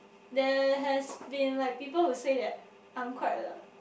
there has been like people would say that I'm quite